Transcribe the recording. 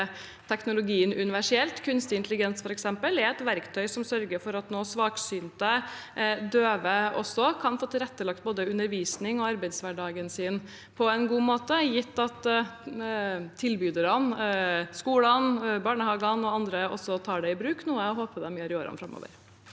teknologien universelt. For eksempel er kunstig intelligens et verktøy som nå sørger for at svaksynte og døve også kan få tilrettelagt både undervisning og arbeidshverdag på en god måte, gitt at tilbyderne, skolene, barnehagene og andre, også tar det i bruk, noe jeg håper de gjør i årene framover.